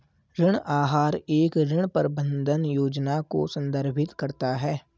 ऋण आहार एक ऋण प्रबंधन योजना को संदर्भित करता है